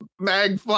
mag